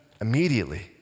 Immediately